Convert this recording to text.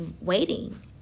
Waiting